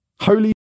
holy